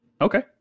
Okay